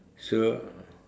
so uh